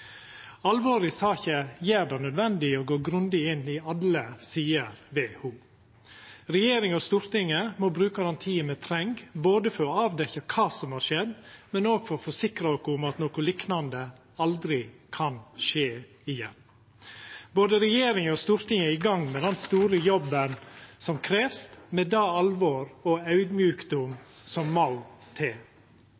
Alvoret i saka gjer det nødvendig å gå grundig inn i alle sider ved ho. Regjeringa og Stortinget må bruka den tida me treng, ikkje berre for å avdekkja kva som har skjedd, men òg for å sikra oss at noko liknande aldri kan skje igjen. Både regjeringa og Stortinget er i gang med den store jobben som krevst, med det alvoret og